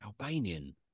Albanian